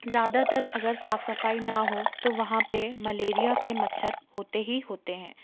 ज़्यादातर अगर साफ़ सफ़ाई ना हो तो वहाँ पर मलेरिया के मच्छर होते ही होते हैं